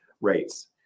rates